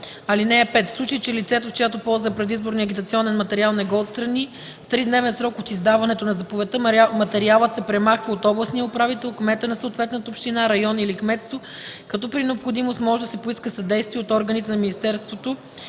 (5) В случай че лицето, в чиято полза е предизборният агитационен материал, не го отстрани в тридневен срок от издаването на заповедта, материалът се премахва от областния управител, кмета на съответната община, район или кметство, като при необходимост може да се поиска съдействие от органите на Министерството